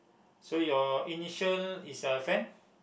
so your initial is a fan